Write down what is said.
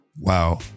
Wow